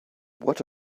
what